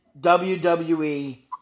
WWE